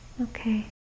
Okay